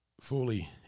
fully